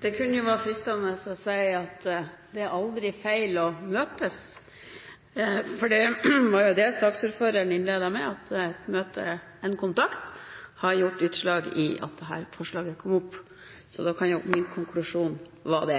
Det kunne jo være fristende å si at det er aldri feil å møtes, for det var det saksordføreren innledet med, at et møte, en kontakt, har gjort utslag for at dette forslaget kom opp – så da kan jo min konklusjon være det.